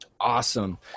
Awesome